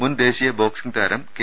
മുൻ ദേശീയ ബോക്സിംഗ് താരം കെ